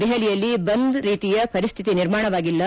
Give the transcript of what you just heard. ದೆಹಲಿಯಲ್ಲಿ ಬಂದ್ ರೀತಿಯ ಪರಿಸ್ಥಿತಿ ನಿರ್ಮಾಣವಾಗಿಲ್ಲ